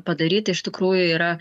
padaryti iš tikrųjų yra